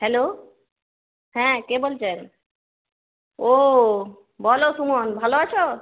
hello হ্যাঁ কে বলছেন ও বলো সুমন ভালো আছো